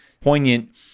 poignant